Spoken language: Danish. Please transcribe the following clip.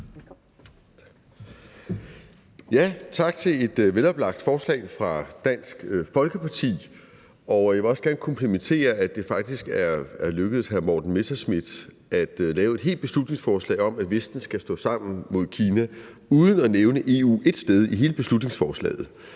Tak for et veloplagt forslag fra Dansk Folkeparti. Jeg vil også gerne komplimentere for, at det faktisk er lykkedes hr. Morten Messerschmidt at lave et helt beslutningsforslag om, at Vesten skal stå sammen mod Kina, uden at nævne EU ét sted i hele beslutningsforslaget.